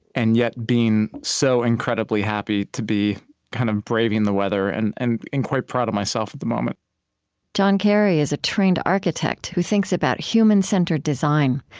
and yet being so incredibly happy to be kind of braving the weather and and quite proud of myself at the moment john cary is a trained architect who thinks about human-centered design.